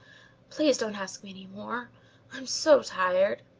please don't ask me any more. i am so tired.